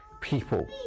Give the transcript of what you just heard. people